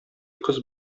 кыз